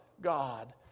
God